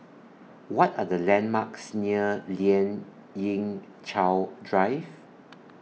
What Are The landmarks near Lien Ying Chow Drive